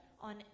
on